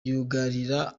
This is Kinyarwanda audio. yugarira